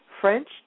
French